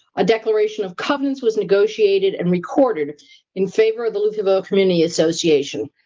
a declaration of covenants was negotiated and recorded in favor of the lutherville community association,